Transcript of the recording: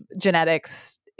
genetics